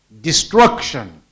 destruction